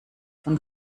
von